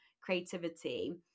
creativity